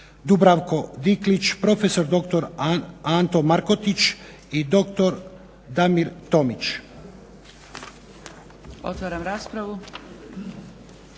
Dubravko Diklić, prof.dr. Anto Markotić i dr. Damir Tomić. **Zgrebec, Dragica